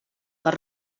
les